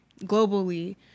globally